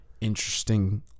interesting